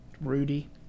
Rudy